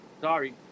Sorry